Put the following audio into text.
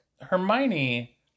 Hermione